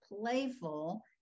playful